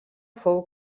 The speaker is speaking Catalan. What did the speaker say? fou